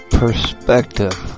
perspective